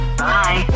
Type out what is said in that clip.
bye